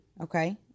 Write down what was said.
Okay